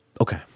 Okay